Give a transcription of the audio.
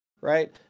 Right